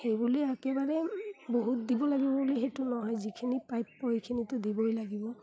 সেইবুলি একেবাৰে বহুত দিব লাগিব বুলি সেইটো নহয় যিখিনি প্ৰাপ্য এইখিনিতো দিবই লাগিব